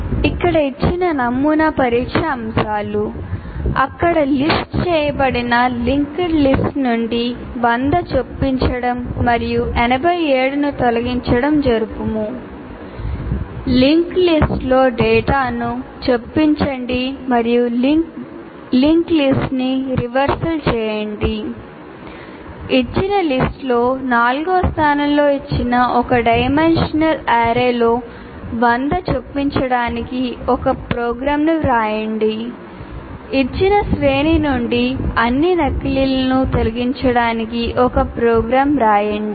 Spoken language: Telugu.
ఇక్కడ ఇచ్చిన నమూనా పరీక్ష అంశాలు • అక్కడ list చేయబడిన linked list నుండి '100' చొప్పించడం మరియు '87' ను తొలగించడం జరుపుము • linked listలో డేటాను చొప్పించండి మరియు linked listరివర్సల్ చేయండి • ఇచ్చిన లిస్ట్ లో 4 వ స్థానంలో ఇచ్చిన ఒక డైమెన్షనల్ అర్రేలో '100' చొప్పించడానికి ఒక ప్రోగ్రామ్ను వ్రాయండి • ఇచ్చిన శ్రేణి నుండి అన్ని నకిలీలను తొలగించడానికి ఒక ప్రోగ్రామ్ రాయండి